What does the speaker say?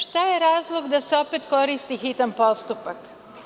Šta je razlog da se opet koristi hitan postupak?